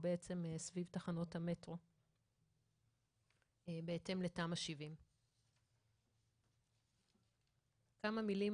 סביב תחנות המטרו בהתאם לתמ"א 70. כמה מילים